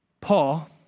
Paul